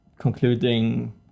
concluding